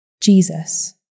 Jesus